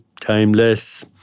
timeless